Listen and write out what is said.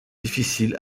difficile